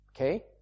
okay